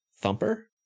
Thumper